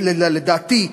לדעתי,